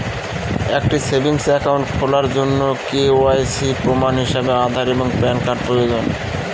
একটি savings account খোলার জন্য কে.ওয়াই.সি প্রমাণ হিসাবে আধার এবং প্যান কার্ড প্রয়োজন